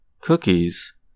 cookies